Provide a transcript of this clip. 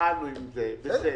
התחלנו עם זה, בסדר.